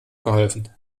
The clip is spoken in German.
geholfen